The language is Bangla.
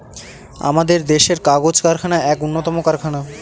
আমাদের দেশের কাগজ কারখানা এক উন্নতম কারখানা